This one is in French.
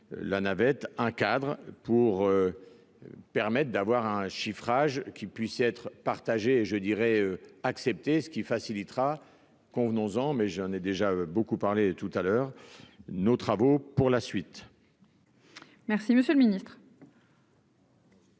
la navette, un cadre pour permettent d'avoir un chiffrage qui puissent être partagées et je dirais accepter ce qui facilitera, convenons-en, mais j'en ai déjà beaucoup parlé tout à l'heure, nos travaux pour la suite. Merci, monsieur le Ministre.